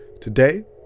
Today